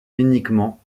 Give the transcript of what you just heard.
uniquement